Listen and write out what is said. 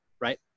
right